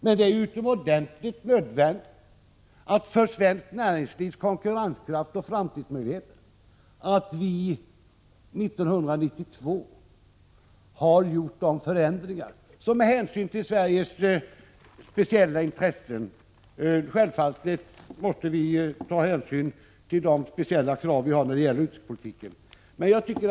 Men det är, enligt min mening, utomordentligt viktigt att vi med tanke på svenskt näringslivs konkurrenskraft och framtidsmöjligheter löser de här frågorna till 1992. Självfallet måste vi ta hänsyn till de speciella krav som utrikespolitiken ställer.